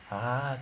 ah